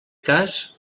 cas